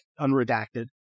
unredacted